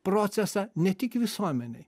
procesą ne tik visuomenei